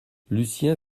lucien